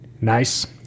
Nice